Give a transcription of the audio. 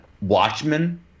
Watchmen